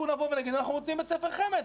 מתישהו נבוא ונגיד: אנחנו רוצים בית ספר חמ"ד.